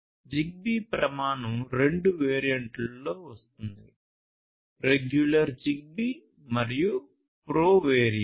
Zigbee ప్రమాణం రెండు వేరియంట్లలో వస్తుంది రెగ్యులర్ జిగ్బీ మరియు ప్రో వేరియంట్